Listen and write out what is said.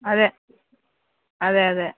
അതെ അതെ അതെ